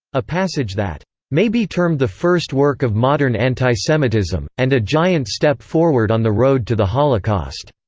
a passage that may be termed the first work of modern antisemitism, and a giant step forward on the road to the holocaust.